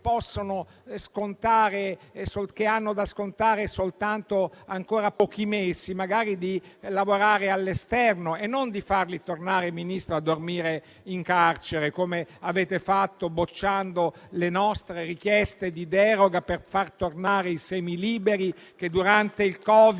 che hanno da scontare soltanto ancora pochi mesi, magari di lavorare all'esterno e non di farli tornare a dormire in carcere, come avete fatto bocciando le nostre richieste di deroga per far tornare il regime dei semiliberi che, durante il Covid,